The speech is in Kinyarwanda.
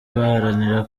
baharanira